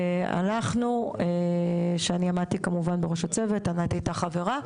אנחנו, שאני עמדתי בראש הצוות, ענת הייתה חברה,